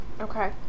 Okay